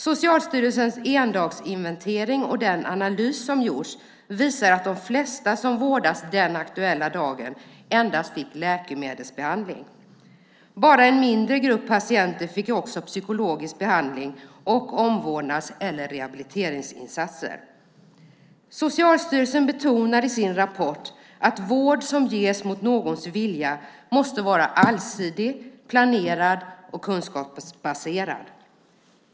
Socialstyrelsens endagsinventering och den analys som gjorts visar att de flesta som vårdades den aktuella dagen endast fick läkemedelsbehandling. Bara en mindre grupp patienter fick också psykologisk behandling och omvårdnads eller rehabiliteringsinsatser. Socialstyrelsen betonar i sin rapport att vård som ges mot någons vilja måste vara allsidig, planerad och kunskapsbaserad.